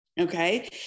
okay